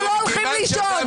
בוקר טוב נעמה לזימי, ישנת 6,7